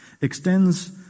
extends